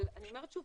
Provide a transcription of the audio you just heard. אבל אני אומרת שוב,